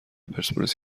پرسپولیس